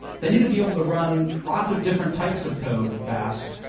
they need to be able to run lots of different types of code, fast,